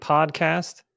Podcast